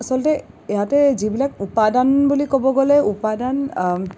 আচলতে ইয়াতে যিবিলাক উপাদান বুলি ক'ব গ'লে উপাদান